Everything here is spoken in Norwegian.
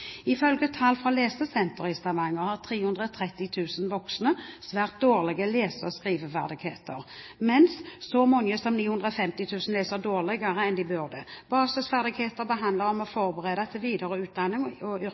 Ifølge tall fra Lesesenteret i Stavanger har 330 000 voksne svært dårlige lese- og skriveferdigheter, mens så mange som 950 000 leser dårligere enn de burde. Basisferdigheter handler om å forberede til videre utdanning og